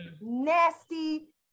nasty